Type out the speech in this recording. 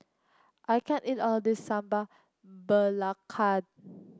I can't eat all this Sambal Belacan